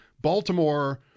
Baltimore